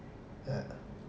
yeah